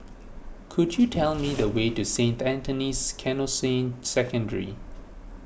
could you tell me the way to Saint Anthony's Canossian Secondary